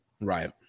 Right